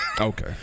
Okay